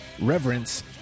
Reverence